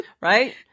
Right